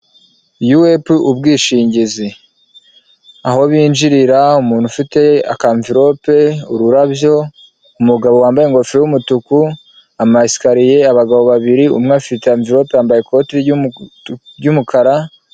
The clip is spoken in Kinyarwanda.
Yu apu ubwishingizi aho binjirira umuntu ufite aka amvilope, ururabyo, umugabo wambaye ingofero y'umutuku, ama esikariye abagabo babiri umwe afite amvilope yambaye ikoti ry'umukara.